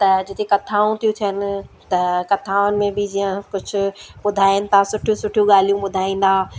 त जिथे कथाऊं थियूं थियनि त कथाउनि में बि जीअं कुझु ॿुधाइनि था सुठियूं सुठियूं ॻाल्हियूं ॿुधाईंदा